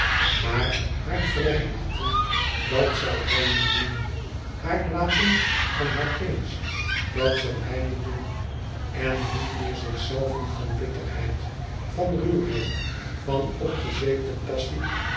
maar haar vrij laten dat zoû hij niet doen haar laten aan haar prins dat zoû hij niet doen en niet meer zichzelve van bitterheid van ruwheid van opgezweepte passie